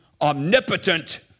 omnipotent